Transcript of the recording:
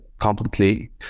completely